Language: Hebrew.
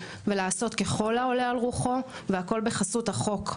ולעשות ככל העולה על רוחו והכל בחסות החוק,